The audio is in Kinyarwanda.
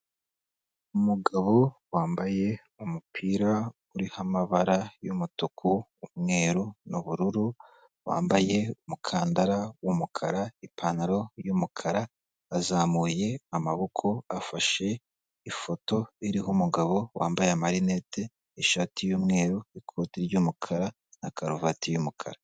Umugabo wambaye umupira uriho amabara y'umutuku, umweru n'ubururu, wambaye umukandara w'umukara, ipantaro y'umukara, azamuye amaboko afashe ifoto iriho umugabo wambaye amarinete, ishati y'umweru, ikote ry'umukara na karuvate y'umukara.